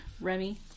Remy